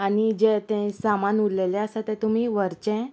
आनी जें तें सामान उरलेलें आसा तें तुमी व्हरचें